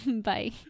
Bye